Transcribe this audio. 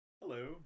Hello